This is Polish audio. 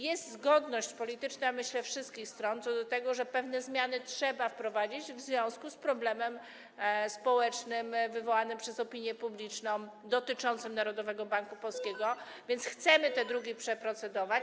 Jest zgodność polityczna, myślę, wszystkich stron, co do tego, że pewne zmiany trzeba wprowadzić w związku z problemem społecznym wywołanym przez opinię publiczną, dotyczącym Narodowego Banku Polskiego, więc chcemy te druki przeprocedować, ale.